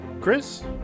Chris